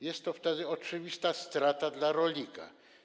Jest to wtedy oczywista strata dla rolnika.